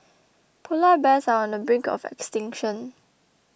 Polar Bears are on the brink of extinction